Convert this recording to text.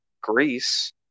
Greece